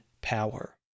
power